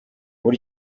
muri